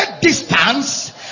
distance